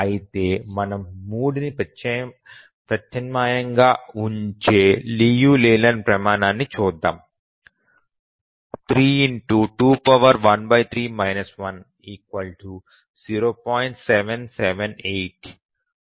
అయితే మనం 3ని ప్రత్యామ్నాయంగా ఉంచే లియు లేలాండ్ ప్రమాణాన్ని చూద్దాం 3213 1 0